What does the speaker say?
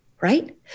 right